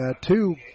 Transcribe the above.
two